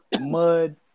mud